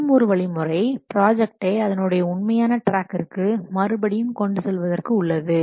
மற்றும் ஒரு வழிமுறை ப்ராஜெக்டை அதனுடைய உண்மையான டிராக்கிற்கு மறுபடியும் கொண்டு செல்வதற்கு உள்ளது